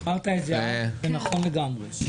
אמרת את זה, זה נכון לגמרי.